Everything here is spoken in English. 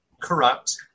corrupt